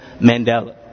Mandela